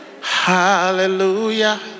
Hallelujah